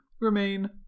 remain